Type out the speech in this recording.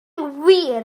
wir